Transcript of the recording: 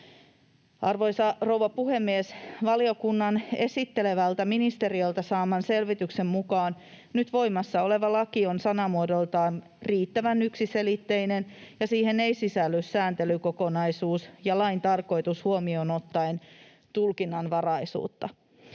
Arvoisa rouva puhemies! Valiokunnan esittelevältä ministeriöltä saaman selvityksen mukaan nyt voimassa oleva laki on sanamuodoltaan riittävän yksiselitteinen ja siihen ei sisälly sääntelykokonaisuus ja lain tarkoitus huomioon ottaen tulkinnanvaraisuutta.